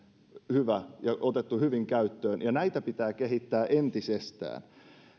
hyvä ja otettu hyvin käyttöön ja näitä pitää kehittää entisestään